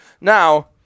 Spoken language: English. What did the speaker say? Now